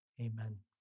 amen